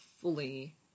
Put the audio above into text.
fully